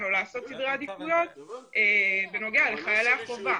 או לעשות סדרי עדיפויות בנוגע לחיילי החובה.